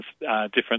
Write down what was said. different